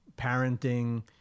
Parenting